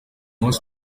munsi